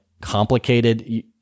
complicated